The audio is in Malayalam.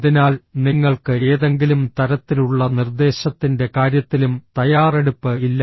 അതിനാൽ നിങ്ങൾക്ക് ഏതെങ്കിലും തരത്തിലുള്ള നിർദ്ദേശത്തിൻറെ കാര്യത്തിലും തയ്യാറെടുപ്പ് ഇല്ല